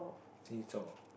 seesaw